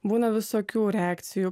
būna visokių reakcijų